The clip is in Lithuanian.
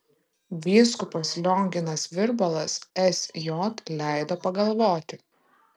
vyskupas lionginas virbalas sj leido pagalvoti